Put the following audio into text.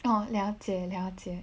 哦了解了解